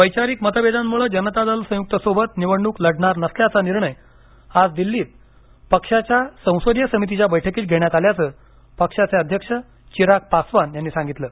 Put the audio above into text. वैचारिक मतभेदांमुळे जनता दल संयुक्तसोबत निवडणूक लढणार नसल्याचा निर्णय आज दिल्लीत पक्षाच्या संसदीय समितीच्या बैठकीत घेण्यात आल्याचं पक्षाचे अध्यक्ष चिराग पासवान यांनी सांगितलं